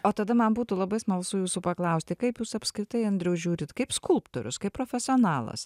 o tada man būtų labai smalsu jūsų paklausti kaip jūs apskritai andriau žiūrit kaip skulptorius kaip profesionalas